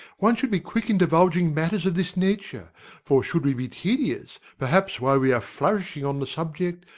one should be quick in divulging matters of this nature for should we be tedious, perhaps while we are flourishing on the subject,